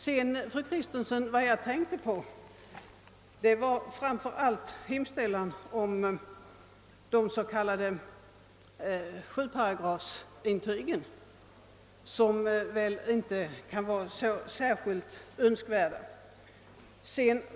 Det jag tänkte på, fru Kristensson, var främst motionsförslaget angående de s.k. § 7-intygen, som det inte kan anses särskilt önskvärt att genomföra.